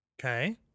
okay